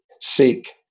seek